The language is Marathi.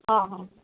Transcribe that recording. हां हां